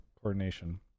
coordination